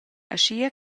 aschia